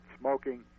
smoking